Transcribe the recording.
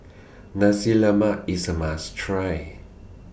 Nasi Lemak IS A must Try